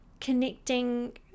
connecting